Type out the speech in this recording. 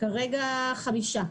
כרגע חמישה.